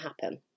happen